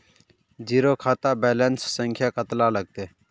Zero खाता balance संख्या कतला लगते?